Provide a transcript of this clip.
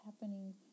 happening